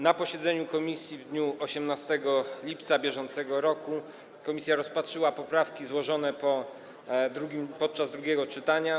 Na posiedzeniu komisji w dniu 18 lipca br. komisja rozpatrzyła poprawki złożone podczas drugiego czytania.